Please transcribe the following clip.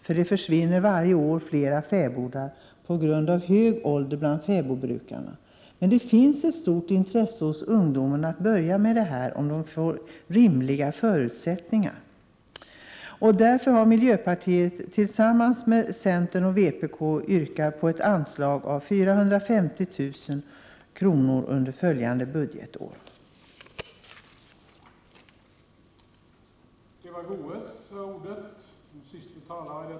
Varje år försvinner flera levande fäbodar på grund av fäbodbrukarnas höga ålder. Det finns emellertid ett stort intresse hos ungdomarna att bruka fäbodar om de får rimliga förutsättningar för detta. Därför har miljöpartiet tillsammans med centern och vpk yrkat på ett anslag om 450 000 kr. under följande budgetår.